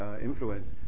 influence